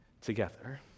together